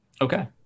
Okay